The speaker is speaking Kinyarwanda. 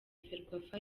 ferwafa